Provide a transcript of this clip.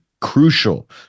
crucial